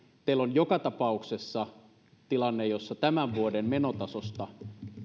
teillä on joka tapauksessa tilanne jossa tämän vuoden menotasosta